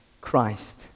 Christ